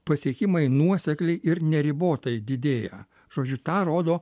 pasiekimai nuosekliai ir neribotai didėja žodžiu tą rodo